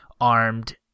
armed